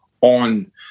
on